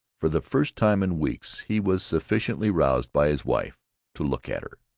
for the first time in weeks he was sufficiently roused by his wife to look at her.